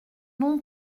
non